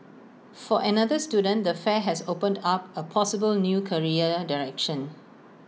for another student the fair has opened up A possible new career direction